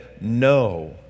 No